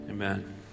Amen